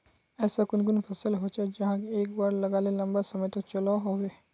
ऐसा कुन कुन फसल होचे जहाक एक बार लगाले लंबा समय तक चलो होबे?